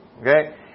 okay